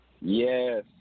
Yes